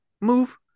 move